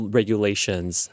regulations